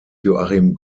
joachim